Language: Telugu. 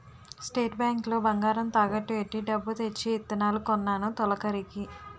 స్టేట్ బ్యాంకు లో బంగారం తాకట్టు ఎట్టి డబ్బు తెచ్చి ఇత్తనాలు కొన్నాను తొలకరికి